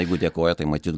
jeigu dėkoja tai matyt